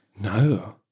No